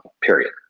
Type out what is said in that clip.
period